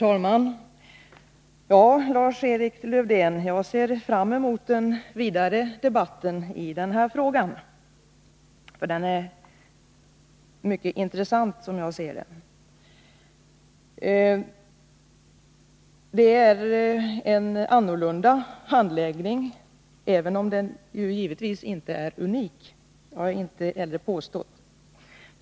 Herr talman! Jag ser fram emot den vidare debatten i den här frågan, Lars-Erik Lövdén. Den är nämligen mycket intressant, som jag ser det. Det är en annorlunda handläggning, även om den givetvis inte är unik — det har jag inte heller påstått.